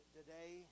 today